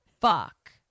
fuck